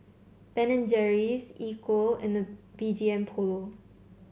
Ben and Jerry's Equal and B G M Polo